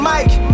Mike